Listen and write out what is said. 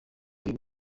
uyu